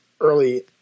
early